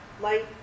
Light